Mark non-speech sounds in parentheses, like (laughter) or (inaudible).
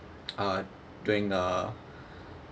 (noise) uh doing a